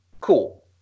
Cool